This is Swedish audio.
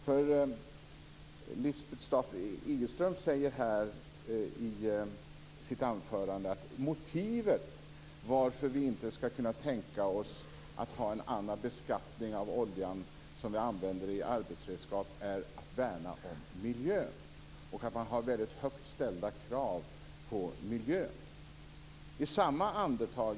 Lisbeth Staaf-Igelström säger i sitt anförande att motivet till att man inte kan tänka sig en annan beskattning av den olja som används i arbetsredskap är att värna om miljön och att man har väldigt högt ställda krav när det gäller miljön.